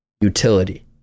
utility